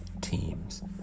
teams